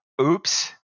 oops